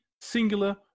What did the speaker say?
singular